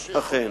אכן.